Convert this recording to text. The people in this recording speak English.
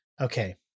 Okay